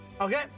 Okay